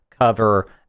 cover